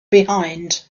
behind